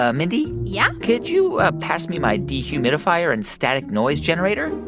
ah mindy? yeah? could you ah pass me my dehumidifier and static noise generator?